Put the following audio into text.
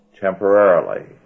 temporarily